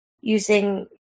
using